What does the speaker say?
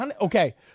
okay